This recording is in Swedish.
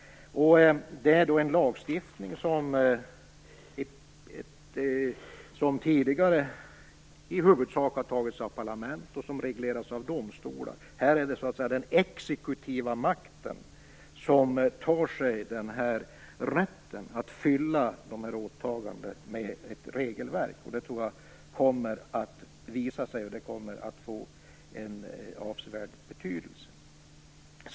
Denna lagstiftning har tidigare utförts av parlament och reglerats av domstolar. Här är det så att säga den exekutiva makten som tar sig rätten att fylla åtaganden med ett regelverk. Jag tror att detta kommer att visa sig få en avsevärd betydelse.